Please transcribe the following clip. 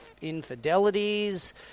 infidelities